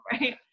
right